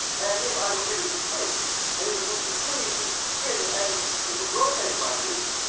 and if i would give it a twist and if it would continue to spin and it would rotate like this,